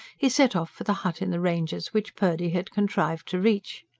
he set off for the hut in the ranges which purdy had contrived to reach.